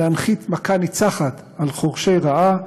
להנחית מכה ניצחת על חורשי רעה,